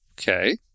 okay